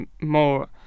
more